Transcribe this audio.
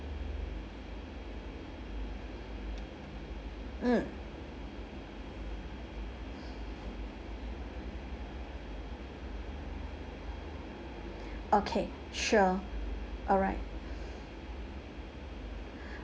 mm okay sure alright